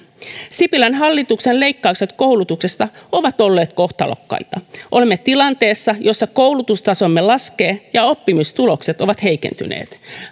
sipilän hallituksen leikkaukset koulutuksesta ovat olleet kohtalokkaita olemme tilanteessa jossa koulutustasomme laskee ja oppimistulokset ovat heikentyneet